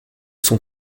sont